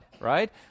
right